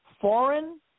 foreign